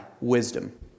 wisdom